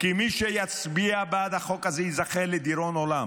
כי מי שיצביע בעד החוק הזה ייזכר לדיראון עולם.